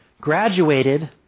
graduated